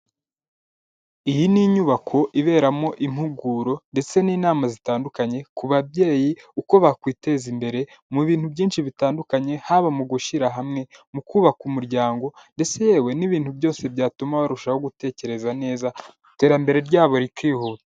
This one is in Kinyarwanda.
Iyi ni inyubako iberamo impuguro ndetse n'inama zitandukanye ku babyeyi, uko bakwiteza imbere mu bintu byinshi bitandukanye, haba mu gushyira hamwe mu kubaka umuryango, ndetse yewe n'ibintu byose byatuma barushaho gutekereza neza, iterambere ryabo rikihuta.